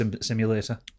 simulator